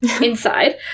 inside